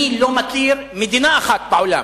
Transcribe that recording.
אני לא מכיר מדינה אחת בעולם,